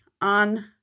on